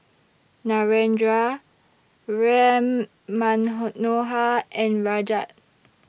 Narendra Ram and Rajat